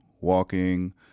walking